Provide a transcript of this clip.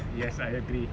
yes I agree